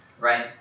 right